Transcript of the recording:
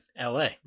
LA